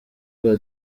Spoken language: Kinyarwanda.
bwa